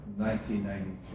1993